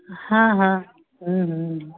हँ हँ हूँ हूँ